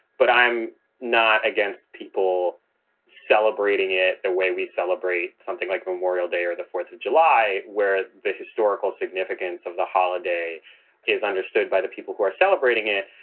but i'm not against people celebrating it the way we celebrate something like memorial day or the fourth of july, where the historical significance of the holiday is understood by the people who are celebrating it.